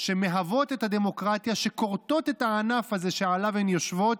שמהוות את הדמוקרטיה כורתות את הענף הזה שעליו הן יושבות,